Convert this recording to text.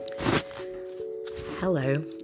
Hello